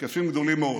בהיקפים גדולים מאוד.